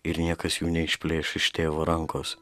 ir niekas jų neišplėš iš tėvo rankos